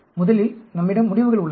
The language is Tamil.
முதலில் நம்மிடம் முடிவுகள் உள்ளன